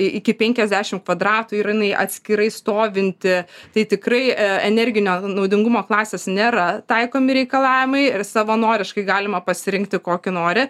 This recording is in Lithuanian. iki penkiasdešim kvadratų ir jinai atskirai stovinti tai tikrai energinio naudingumo klasės nėra taikomi reikalavimai ir savanoriškai galima pasirinkti kokį nori